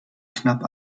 knapp